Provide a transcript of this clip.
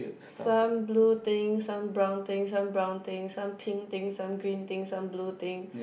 some blue thing some brown thing some brown thing some pink thing some green thing some blue thing